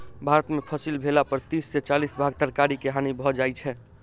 भारत में फसिल भेला पर तीस से चालीस भाग तरकारी के हानि भ जाइ छै